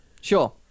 Sure